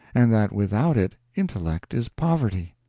and that without it intellect is poverty.